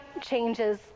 changes